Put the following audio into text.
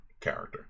character